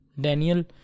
Daniel